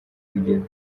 rugero